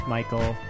Michael